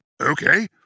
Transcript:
Okay